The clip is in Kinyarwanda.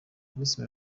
bruce